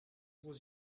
was